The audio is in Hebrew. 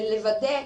ולוודא,